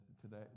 today